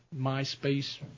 MySpace